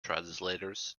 translators